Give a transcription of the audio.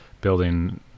building